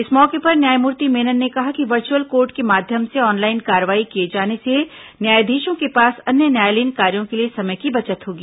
इस मौके पर न्यायमूर्ति मेनन ने कहा कि वर्चअल कोर्ट के माध्यम से ऑनलाइन कार्रवाई किए जाने से न्यायाधीशों के पास अन्य न्यायालीन कार्यों के लिए समय की बचत होगी